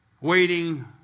waiting